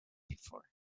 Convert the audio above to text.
before